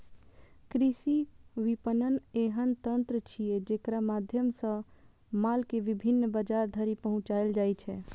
कृषि विपणन एहन तंत्र छियै, जेकरा माध्यम सं माल कें विभिन्न बाजार धरि पहुंचाएल जाइ छै